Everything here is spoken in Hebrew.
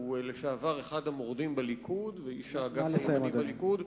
שהוא לשעבר אחד המורדים בליכוד ואיש האגף הימני בליכוד,